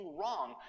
wrong